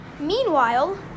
Meanwhile